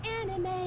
anime